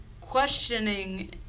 questioning